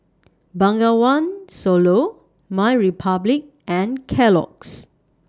Bengawan Solo MyRepublic and Kellogg's